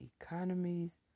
economies